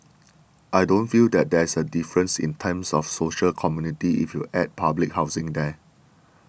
I don't feel that there's a difference in terms of social community if you add public housing there